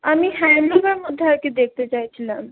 আমি হ্যান্ডলুমের মধ্যে আর কি দেখতে চাইছিলাম